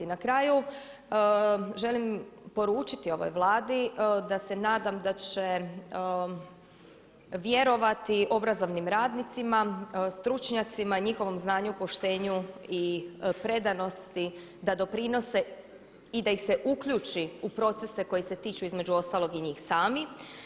Na kraju želim poručiti ovoj Vladi da se nadam da će vjerovati obrazovnim radnicima, stručnjacima, njihovom znanju poštenju i predanosti da doprinose i da ih se uključe u procese koji se tiču između ostalog i njih samih.